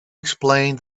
explained